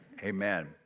Amen